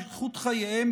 איכות חייהם,